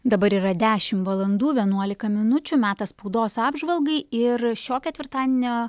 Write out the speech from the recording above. dabar yra dešimt valandų vienuolika minučių metas spaudos apžvalgai ir šio ketvirtadienio